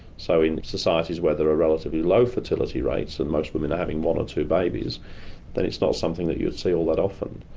so in societies where there are relatively low fertility rates and most women are having one or two babies then it's not something that you see all that often.